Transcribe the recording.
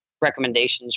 recommendations